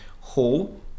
hole